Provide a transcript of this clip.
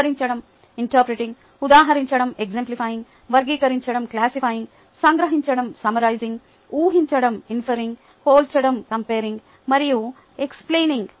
వివరించడం ఉదహరించడం వర్గీకరించడం సంగ్రహించడం ఊహించడం పోల్చుడం మరియు ఎక్ష్ప్ళైనింగ్